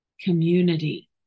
community